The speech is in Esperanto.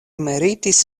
meritis